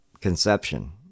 conception